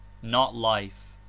not life.